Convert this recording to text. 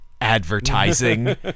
advertising